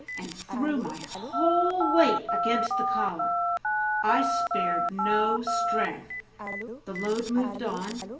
and threw my whole weight against the collar i spared no strength the load moved on,